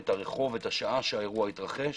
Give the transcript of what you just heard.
את הרחוב והשעה שהאירוע התרחש,